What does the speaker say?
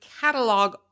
catalog